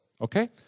okay